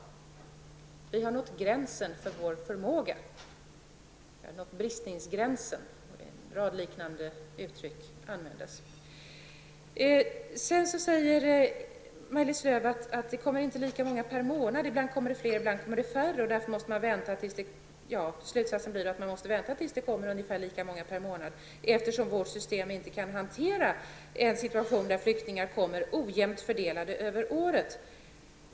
Man använde en rad uttryck, som att vi har nått gränsen för vår förmåga, vi har nått bristningsgränsen osv. Maj-Lis Lööw säger vidare att det inte kommer lika många asylsökande per månad, utan ibland fler och ibland färre. Slutsatsen blir att man måste vänta tills det kommer ungefär lika många per månad, eftersom vårt system inte kan hantera en situation där flyktingar kommer ojämnt över året.